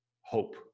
hope